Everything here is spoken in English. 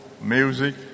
music